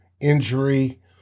injury